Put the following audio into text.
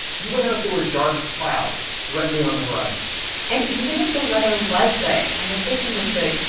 you went out if there were dark clouds threatening on the horizon and even if the weather was good and the fishing was good,